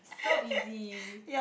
so easy